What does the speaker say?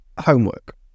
homework